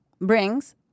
brings